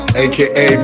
aka